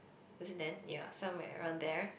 was it then ya somewhere around there